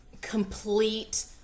complete